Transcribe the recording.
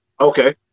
Okay